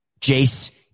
Jace